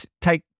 take